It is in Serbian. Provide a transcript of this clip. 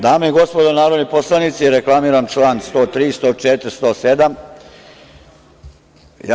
Dame i gospodo narodni poslanici, reklamiram čl. 103, 104. i 107.